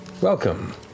welcome